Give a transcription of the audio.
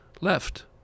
left